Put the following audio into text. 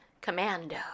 Commando